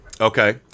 Okay